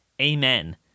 Amen